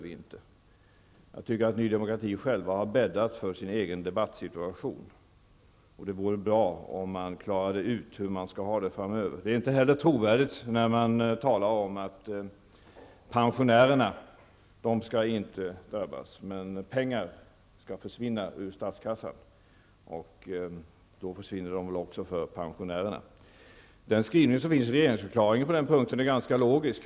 Jag tycker att ny demokrati har bäddat för sin egen debattsituation, och det vore bra om man klarade ut hur man skall ha det framöver. Det är inte heller trovärdigt när man talar om att pensionärerna inte skall drabbas men att pengar skall försvinna ur statskassan -- då försvinner de väl också för pensionärerna. Den skrivning som finns i regeringsförklaringen på den punkten är ganska logisk.